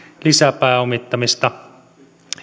lisäpääomittamista